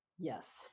Yes